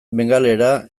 bengalera